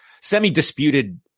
semi-disputed